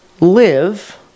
Live